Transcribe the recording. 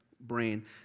brain